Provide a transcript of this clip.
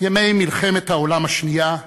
ימי מלחמת העולם השנייה,